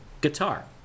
guitar